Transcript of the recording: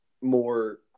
more